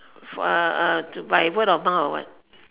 for uh uh to by word of mouth or what